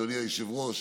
אדוני היושב-ראש,